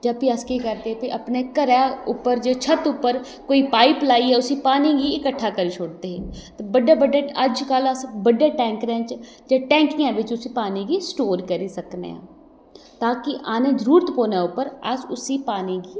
फिर अस केह् करदे हे अपने घरै उप्पर कोई छत उप्पर कोई पाइप लाइयै उस्सी पानी गी इकट्ठा करी छोड़दे हे ते बड्डे बड्डे अजकल्ल अस बड्डे टैंकरे च जां टैंकियैं च उस पानी स्टोर करी सकने आं तां कि आनी जरूरत पौने उप्पर उस पानी गी